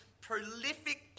prolific